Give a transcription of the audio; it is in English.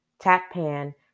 Tappan